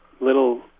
little